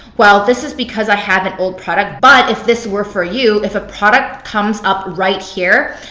well, this is because i have an old product but if this were for you. if a product comes up right here,